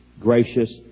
gracious